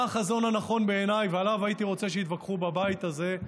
מה החזון הנכון בעיניי ושעליו הייתי רוצה שיתווכחו בבית הזה?